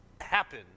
happen